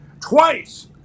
twice